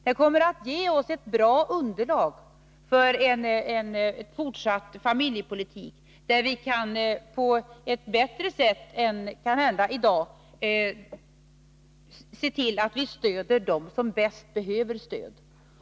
Den kommer att ge oss ett bra underlag för en fortsatt familjepolitik, där vi kanhända på ett bättre sätt än i dag kan se till att vi stöder dem som bäst behöver stöd.